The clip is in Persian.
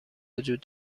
وجود